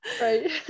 right